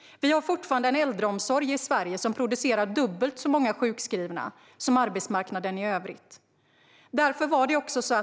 Vi har fortfarande en äldreomsorg i Sverige som producerar dubbelt så många sjukskrivna som arbetsmarknaden i övrigt.